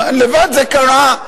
לבד זה קרה.